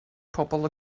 pobl